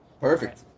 perfect